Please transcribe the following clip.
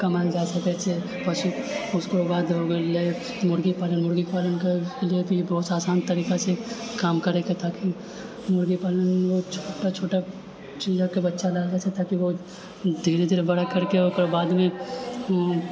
कमाएल जा सकै छै पशु उसके बाद हो गेलै मुरगीपालन मुरगीपालनके जे बहुत आसान तरीका छै काम करैके ताकि मुरगीपालनमे बहुत छोटा छोटा चूजाके बच्चा लेलऽ जाइ छै ताकि ओ धीरे धीरे बड़ा करिके ओकर बादमे